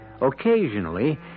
Occasionally